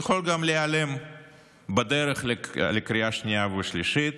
הוא יכול גם להיעלם בדרך לקריאה שנייה ושלישית,